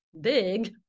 big